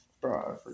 Bro